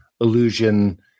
illusion